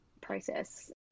process